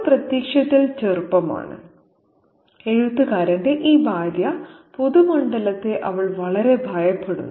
അവൾ പ്രത്യക്ഷത്തിൽ ചെറുപ്പമാണ് എഴുത്തുകാരന്റെ ഈ ഭാര്യ പൊതുമണ്ഡലത്തെ അവൾ വളരെ ഭയപ്പെടുന്നു